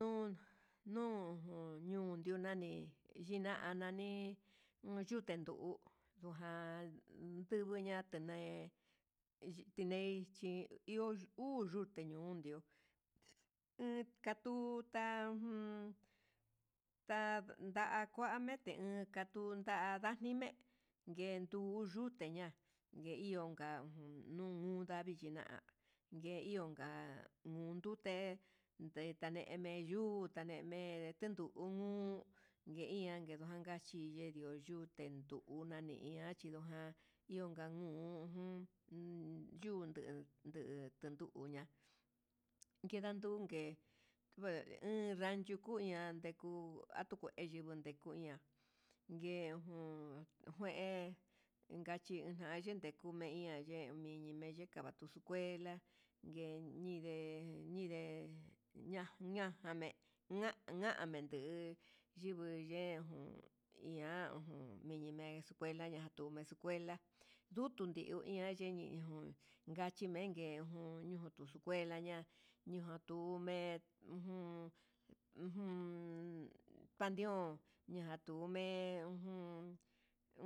Ñu ñujun ñuu ndio nani yina'a anii uun yute nduu, ujan yubuña tenai he tineichi iho uu yute niunda, he katuta jun nda tanda'a kuamen tundanani, me'e mguentuyu nguteña'a ngue iun ka'a unu yavii yina'a nguee iun ka'a ujun nduté, ndenene yuta'a ndeme tendunu uun ngue ianke nuu naka chinde ndi'o, yute nduna'a ni iha ndujan ndanu'u en yunde nuu enduduña'a nguedan nduke nguee en uun rancho uun, kuyan nguu akuta ndugui ye'e kuin ña'a ngue jun uun kue inka china'a, nadi yeian ye'e meni meyeka kua tu chindela, nguei ñindee ñide ñan ñajamé, nanangue yuu numenu ñaña jame'e nanamenduu nduu yingui yen jun iha ujun, yeni me'e escuela atume escuela ndutun tinguii iha yenii uun ngachimenke ngue nguu nutu xun, escuela ña'a ñija tume ujun ujun, uun panteón ña'a ndume'e ujun